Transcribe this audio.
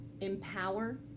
empower